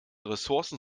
ressourcen